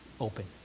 open